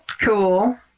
Cool